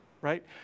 right